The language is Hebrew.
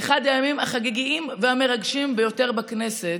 באחד הימים החגיגיים והמרגשים ביותר בכנסת,